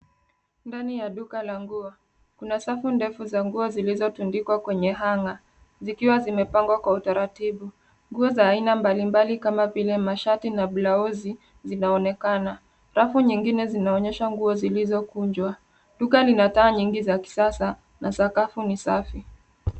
Ndani ya duka la nguo. Kuna safu ndefu za nguo zilizotundikwa kwenye hanger zikiwa zimepangwa kwa utaratibu. Nguo za aina mbalimbali kama vile mashati na blauzi zinaonekana. Rafu nyingine zinaonyesha nguo zilizokunjwa. Duka lina taa nyingi za kisasa na sakafu ni safi.